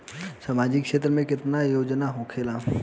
सामाजिक क्षेत्र में केतना योजना होखेला?